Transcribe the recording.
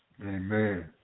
Amen